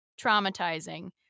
traumatizing